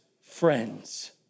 friends